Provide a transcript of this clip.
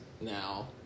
now